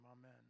amen